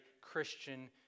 Christian